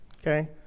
okay